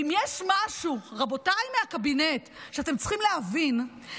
ואם יש משהו, רבותיי מהקבינט, שאתם צריכים להבין,